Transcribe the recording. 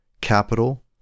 Capital